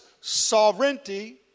sovereignty